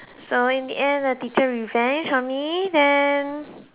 so in the end the teacher revenge on me then